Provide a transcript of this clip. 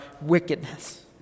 wickedness